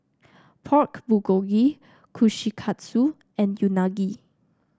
Pork Bulgogi Kushikatsu and Unagi